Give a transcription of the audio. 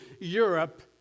Europe